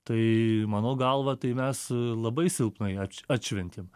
tai mano galva tai mes labai silpnai atš atšventėm